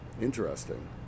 Interesting